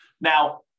Now